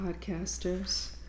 podcasters